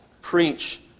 preach